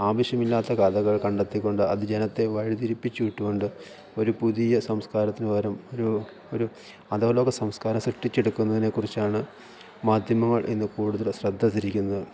ആവശ്യമില്ലാത്ത കഥകൾ കണ്ടെത്തിക്കൊണ്ട് അത് ജനത്തെ വഴിതിരിപ്പിച്ചു വിട്ടുകൊണ്ട് ഒരു പുതിയ സംസ്കാരത്തിനു പകരം ഒരു ഒരു അഥോലോക സംസ്കാരം സൃഷ്ടിച്ചെടുക്കുന്നതിനെക്കുറിച്ചാണ് മാധ്യമങ്ങൾ ഇന്ന് കൂടുതൽ ശ്രദ്ധതിരിക്കുന്നത്